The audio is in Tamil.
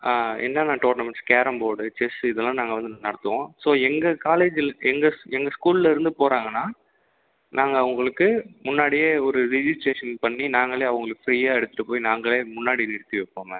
ஆ என்னென்ன டோர்னமெண்ட்ஸ் கேரம் போர்டு செஸ் இதெல்லாம் நாங்கள் வந்து நடத்துவோம் ஸோ எங்கள் காலேஜில் எங்கள் ஸ் எங்கள் ஸ்கூல்லிருந்து போகிறாங்கன்னா நாங்கள் அவங்களுக்கு முன்னாடியே ஒரு ரிஜிஸ்ட்ரேஷன் பண்ணி நாங்களே அவங்களுக்கு ஃப்ரீயாக எடுத்துகிட்டு போயி நாங்களே முன்னாடி நிறுத்தி வைப்போம் மேம்